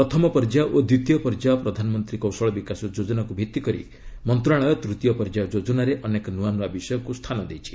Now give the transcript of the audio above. ପ୍ରଥମ ପର୍ଯ୍ୟାୟ ଓ ଦ୍ୱିତୀୟ ପର୍ଯ୍ୟାୟ ପ୍ରଧାନମନ୍ତ୍ରୀ କୌଶଳ ବିକାଶ ଯୋଜନାକୁ ଭିତ୍ତିକରି ମନ୍ତ୍ରଣାଳୟ ତୂତୀୟ ପର୍ଯ୍ୟାୟ ଯୋଜନାରେ ଅନେକ ନୂଆ ନୂଆ ବିଷୟକୁ ସ୍ଥାନ ଦେଇଛି